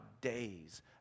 days